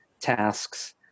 tasks